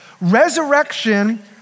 Resurrection